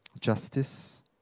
justice